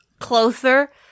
closer